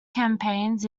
campaigns